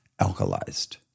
alkalized